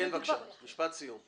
עלוה, משפט סיום.